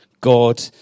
God